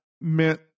meant